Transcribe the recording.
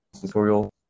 tutorial